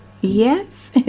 Yes